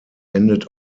endet